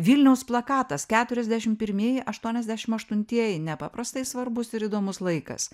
vilniaus plakatas keturiasdešim pirmieji aštuoniasdešim aštuntieji nepaprastai svarbus ir įdomus laikas